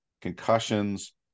concussions